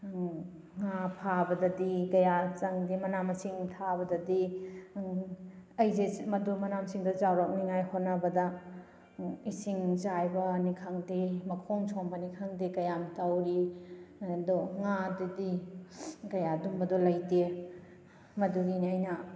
ꯉꯥ ꯐꯥꯕꯗꯗꯤ ꯀꯌꯥ ꯆꯪꯗꯦ ꯃꯅꯥ ꯃꯁꯤꯡ ꯊꯥꯕꯗꯗꯤ ꯑꯩꯁꯦ ꯃꯗꯨ ꯃꯅꯥ ꯃꯁꯤꯡꯗꯨ ꯆꯥꯎꯔꯛꯅꯤꯉꯥꯏ ꯍꯣꯠꯅꯕꯗ ꯏꯁꯤꯡ ꯆꯥꯏꯕꯅꯤ ꯈꯪꯗꯦ ꯃꯈꯣꯡ ꯁꯣꯝꯕꯅꯤ ꯈꯪꯗꯦ ꯀꯌꯥꯝ ꯇꯧꯔꯤ ꯑꯗꯣ ꯉꯥꯗꯗꯤ ꯀꯌꯥ ꯑꯗꯨꯝꯕꯗꯣ ꯂꯩꯇꯦ ꯃꯗꯨꯒꯤꯅꯤ ꯑꯩꯅ